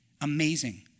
amazing